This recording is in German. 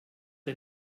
der